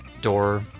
door